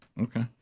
Okay